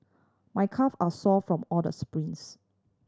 my calve are sore from all the sprints